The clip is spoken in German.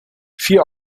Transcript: vier